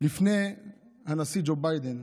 ונכנסה לפני הנשיא ג'ו ביידן,